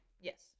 Yes